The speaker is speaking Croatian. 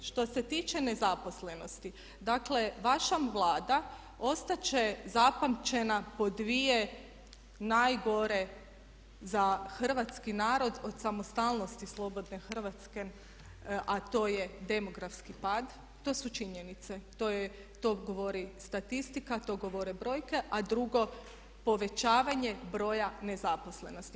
Što se tiče nezaposlenosti, dakle vaša Vlada ostati će zapamćena po dvije najgore za hrvatski narod od samostalnosti slobodne Hrvatske a to je demografski pad, to su činjenice, to govori statistika, to govore brojke a drugo povećavanje broja nezaposlenosti.